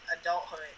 adulthood